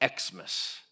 Xmas